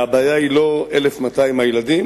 והבעיה היא לא 1,200 הילדים,